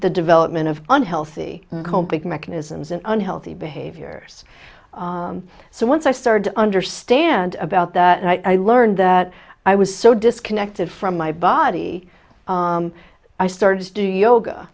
the development of unhealthy coping mechanisms and unhealthy behaviors so once i started to understand about that i learned that i was so disconnected from my body i started to do yoga